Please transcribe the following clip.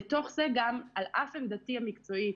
בתוך זה גם, על אף עמדתי המקצועית,